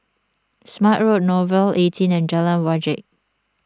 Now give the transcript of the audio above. Smart Road Nouvel eighteen and Jalan Wajek